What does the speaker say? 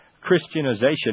Christianization